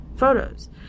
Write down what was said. Photos